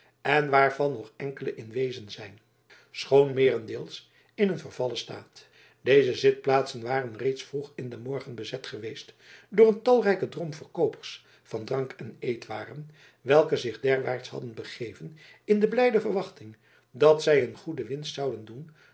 en waarvan nog enkele in wezen zijn schoon meerendeels in een vervallen staat deze zitplaatsen waren reeds vroeg in den morgen bezet geweest door een talrijken drom verkoopers van drank en eetwaren welke zich derwaarts hadden begeven in de blijde verwachting dat zij een goede winst zouden doen